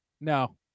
No